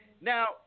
Now